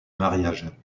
mariage